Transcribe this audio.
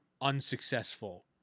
unsuccessful